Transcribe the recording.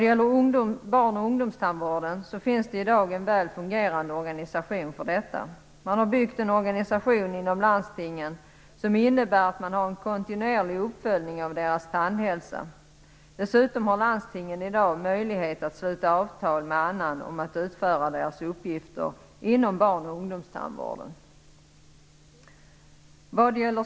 Det finns i dag en väl fungerande organisation för barn och ungdomstandvården. Man har byggt en organisation inom landstingen som innebär att man har en kontinuerlig uppföljning av deras tandhälsa. Dessutom har landstingen i dag möjlighet att sluta avtal med annan om att utföra deras uppgifter inom barn och ungdomstandvården.